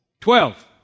Twelve